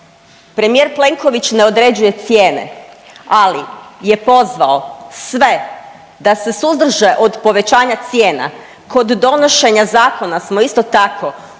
premijer Plenković ne određuje cijene, ali je pozvao sve da se suzdrže od povećanja cijena kod donošenja zakona smo isto tako